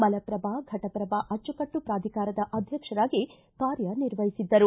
ಮಲಪ್ರಭಾ ಫಟಪ್ರಭಾ ಅಚ್ಚುಕಟ್ಟು ಪ್ರಾಧಿಕಾರದ ಅಧ್ಯಕ್ಷರಾಗಿ ಕಾರ್ಯ ನಿರ್ವಹಿಸಿದ್ದರು